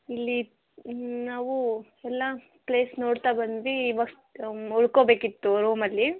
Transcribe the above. ಇಲ್ಲಿ ನಾವು ಎಲ್ಲ ಪ್ಲೇಸ್ ನೋಡ್ತಾ ಬಂದ್ವಿ ಇವತ್ತು ಉಳ್ಕೊಬೇಕಿತ್ತು ರೂಮಲ್ಲಿ